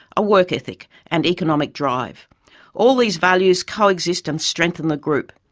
a work ethic, and economic drive all these values coexist and strengthen the group.